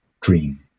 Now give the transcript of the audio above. dream